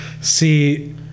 see